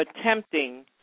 attempting